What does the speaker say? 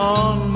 on